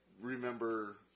remember